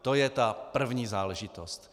To je ta první záležitost.